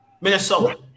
Minnesota